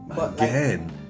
again